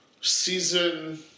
season